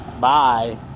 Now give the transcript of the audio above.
Bye